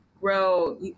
grow